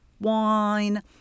wine